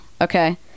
Okay